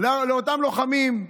לאותם לוחמים.